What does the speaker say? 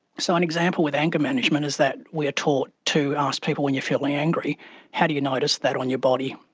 so, an example with anger management is that we are taught to ask people when you're feeling angry how do you notice that on your body.